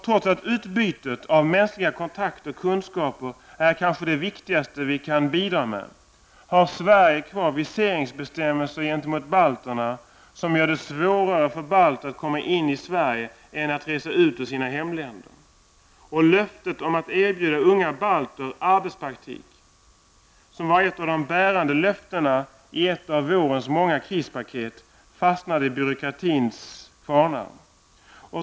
Trots att utbytet av mänskliga kontakter och kunskaper kanske är det viktigaste vi kan bidra med, har Sverige kvar viseringsbestämmelser gentemot balterna som gör det svårare för balter att komma in Sverige än att resa ut ur sina hemländer. Löftet om att erbjuda unga balter arbetspraktik, som var ett av de bärande löftena i ett av vårens många krispaket, fastnade i byråkratins kvarnar.